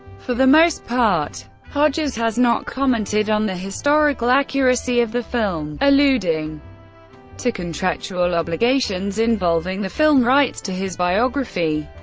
for the most part, hodges has not commented on the historical accuracy of the film, alluding to contractual obligations involving the film rights to his biography.